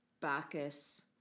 Bacchus